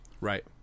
Right